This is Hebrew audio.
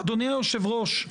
אדוני היושב ראש,